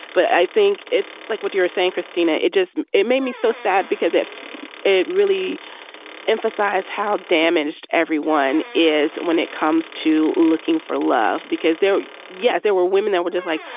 but i think it's like what you're saying, christina. it just it made me so sad because if it really emphasized how damaged everyone is when it comes to looking for love, because there yes. there were women that were just like,